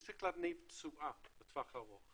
היא צריכה להניב תשואה בטווח הארוך